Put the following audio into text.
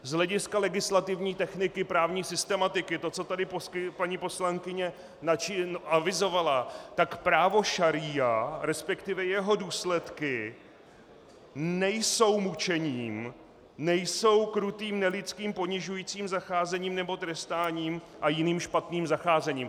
Z hlediska legislativní techniky právní systematiky to, co tady paní poslankyně avizovala, tak právo šaría, respektive jeho důsledky, nejsou mučením, nejsou krutým nelidským ponižujícím zacházením nebo trestáním a jiným špatným zacházením.